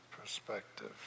perspective